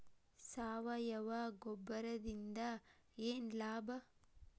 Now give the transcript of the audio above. ಸಾವಯವ ಗೊಬ್ಬರದಿಂದ ಏನ್ ಲಾಭ?